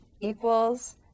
equals